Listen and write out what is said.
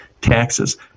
taxes